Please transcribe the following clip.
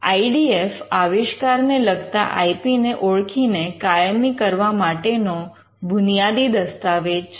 I D F આવિષ્કારને લગતા I P ને ઓળખીને કાયમી કરવા માટેનો બુનિયાદી દસ્તાવેજ છે